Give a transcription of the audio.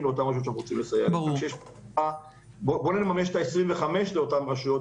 באותם 25%. בואו נממש את ה-25% לאותן רשויות,